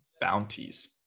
bounties